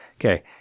Okay